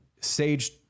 sage